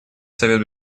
совет